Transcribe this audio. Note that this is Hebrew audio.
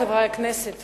חברת הכנסת